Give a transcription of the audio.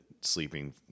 sleeping